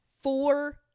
four